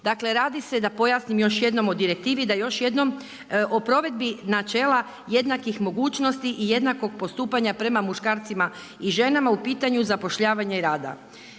Dakle, radi se da pojasnim još jednom o direktivi da još jednom o provedbi načela jednakih mogućnosti i jednakog postupanja prema muškarcima i ženama u pitanju zapošljavanja i rada.